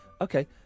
Okay